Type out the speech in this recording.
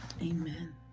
Amen